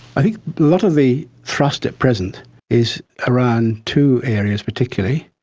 a lot of the thrust at present is around two areas particularly.